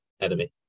enemy